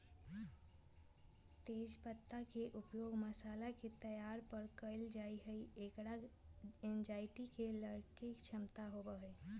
तेज पत्ता के उपयोग मसाला के तौर पर कइल जाहई, एकरा एंजायटी से लडड़े के क्षमता होबा हई